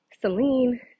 Celine